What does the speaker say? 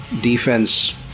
defense